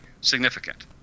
significant